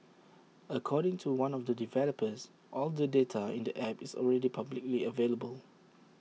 according to one of the developers all the data in the app is already publicly available